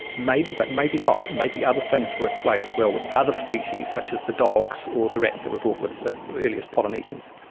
maybe, but maybe not, maybe other things were at play at well with other species such as the dogs or the rats that were brought with the earliest polynesians.